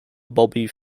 bobby